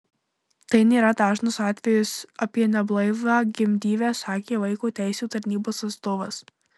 tai nėra dažnas atvejis apie neblaivią gimdyvę sakė vaiko teisių tarnybos atstovas